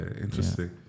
interesting